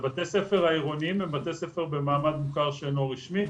בתי הספר העירוניים הם בתי ספר במעמד מוכר שאינו רשמי.